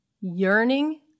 yearning